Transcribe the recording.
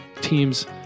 teams